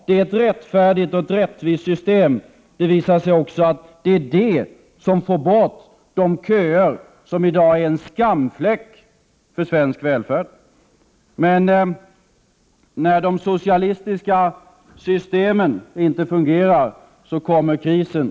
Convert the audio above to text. Det är ett rättfärdigt och rättvist system. Det visar sig också att det är det som får bort de köer som i dag är en skamfläck för svensk välfärd. När de socialistiska systemen inte fungerar kommer krisen.